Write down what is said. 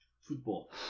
football